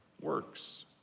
works